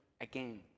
again